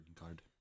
card